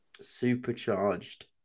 Supercharged